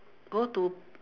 go to